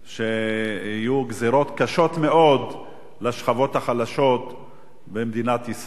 שיהיו גזירות קשות מאוד לשכבות החלשות במדינת ישראל.